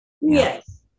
Yes